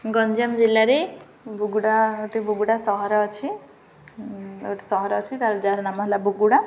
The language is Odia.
ଗଞ୍ଜାମ ଜିଲ୍ଲାରେ ବୁଗୁଡ଼ା ଗୋଟେ ବୁଗୁଡ଼ା ସହର ଅଛି ଗୋଟେ ସହର ଅଛି ତା'ର ଯାହାର ନାମ ହେଲା ବୁଗୁଡ଼ା